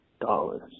dollars